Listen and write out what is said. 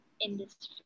industry